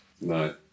No